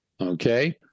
okay